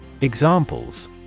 Examples